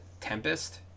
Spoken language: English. Tempest